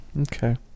Okay